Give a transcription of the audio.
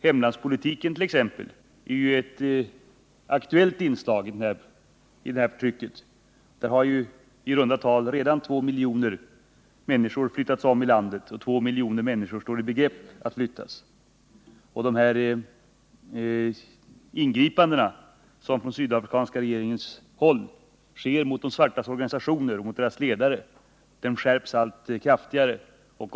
Hemlandspolitiken t.ex. är ju ett aktuellt inslag i detta förtryck. I runda tal har redan 2 miljoner människor flyttats om i landet, och 2 miljoner människor står i begrepp att flyttas. De ingripanden som från sydafrikanska regeringens sida sker mot de svartas organisationer och mot deras ledare skärps allt kraftigare.